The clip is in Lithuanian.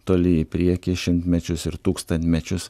toli į priekį šimtmečius ir tūkstantmečius